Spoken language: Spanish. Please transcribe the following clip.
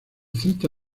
celta